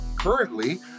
currently